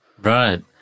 Right